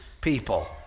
people